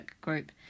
group